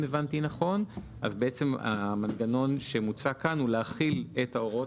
למעשה המנגנון שמוצע כאן הוא להחיל את ההוראות